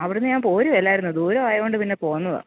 അവിടെ നിന്ന് ഞാന് പോരുക അല്ലായിരുന്നു ദൂരം ആയതുകൊണ്ട് പിന്നെ പോന്നതാണ്